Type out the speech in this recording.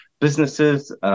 businesses